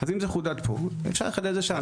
אם זה חודד פה, אז אפשר לחדד את זה שם.